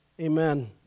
Amen